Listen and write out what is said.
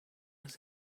was